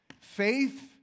Faith